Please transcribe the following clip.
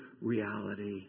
reality